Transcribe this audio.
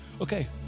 Okay